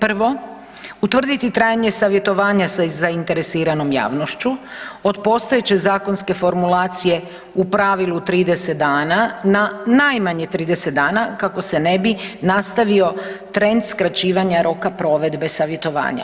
Prvo, utvrditi trajanje savjetovanja sa zainteresiranom javnošću od postojeće zakonske formulacije u pravilu 30 dana na najmanje 30 dana kako se ne bi nastavio trend skraćivanja roka provedbe savjetovanja.